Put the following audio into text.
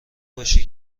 باشی